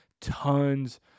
tons